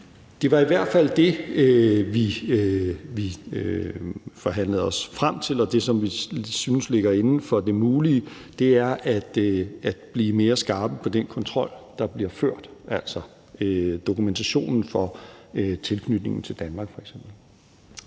Det var i hvert fald det, vi forhandlede os frem til, og det, som vi synes ligger inden for det mulige, nemlig at blive mere skarpe på den kontrol, der bliver ført, altså f.eks. med dokumentationen for tilknytningen til Danmark. Kl.